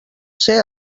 ser